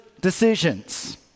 decisions